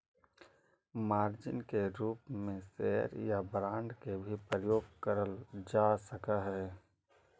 margin के रूप में शेयर या बांड के भी प्रयोग करल जा सकऽ हई